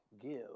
give